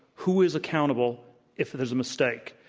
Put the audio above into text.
who is accountable if it is a mistake?